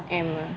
M ah